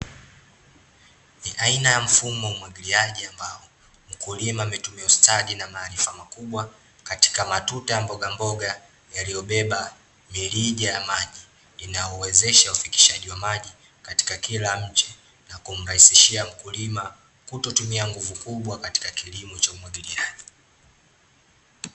Aina ya mfumo wa umwagiliaji ambao, mkulima ametumia ustadi na maarifa makubwa, katika matuta ya mbogamboga yaliyobeba mirija ya maji, inayowezesha ufikishaji wa maji katika kila mche, na kumrahisishia mkulima kutotumia nguvu kubwa katika kilimo cha umwagiliaji.